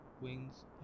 Wings